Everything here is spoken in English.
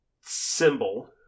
symbol